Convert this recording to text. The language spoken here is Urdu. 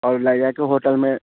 اور ل جا کے ہوٹل میں